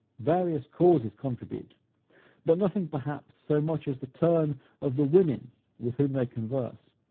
various causes contribute but nothing, perhaps, so much as the turn of the women with whom they converse.